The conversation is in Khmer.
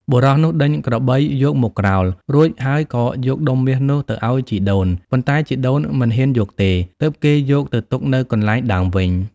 បុរសនោះដេញក្របីយកមកក្រោល រួចហើយក៏យកដុំមាសនោះទៅអោយជីដូន ប៉ុន្តែជីដូនមិនហ៊ានយកទេ ទើបគេយកទៅទុកនៅកន្លែងដើមវិញ។